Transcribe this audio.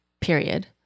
period